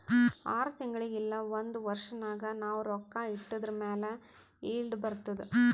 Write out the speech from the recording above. R ತಿಂಗುಳಿಗ್ ಇಲ್ಲ ಒಂದ್ ವರ್ಷ ನಾಗ್ ನಾವ್ ರೊಕ್ಕಾ ಇಟ್ಟಿದುರ್ ಮ್ಯಾಲ ಈಲ್ಡ್ ಬರ್ತುದ್